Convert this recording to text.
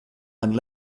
and